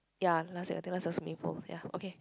ya last week I think last was maple ya okay